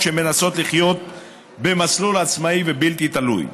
שמנסות לחיות במסלול עצמאי ובלתי תלוי.